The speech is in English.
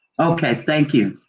okay, thank you.